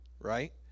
right